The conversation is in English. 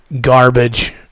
garbage